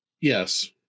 Yes